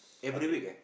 Sunday